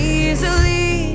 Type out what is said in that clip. easily